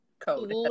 code